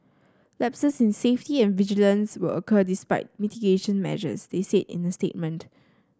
lapses in safety and vigilance will occur despite mitigation measures they said in a statement